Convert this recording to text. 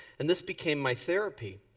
and this became my therapy.